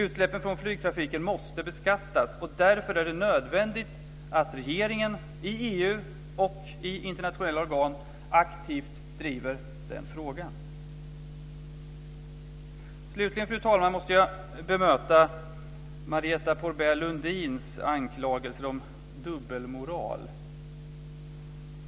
Utsläppen från flygtrafiken måste beskattas, och därför är det nödvändigt att regeringen i EU och i internationella organ aktivt driver den frågan. Fru talman! Slutligen måste jag bemöta Marietta de Pourbaix-Lundins anklagelser om dubbelmoral.